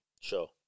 Sure